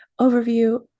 overview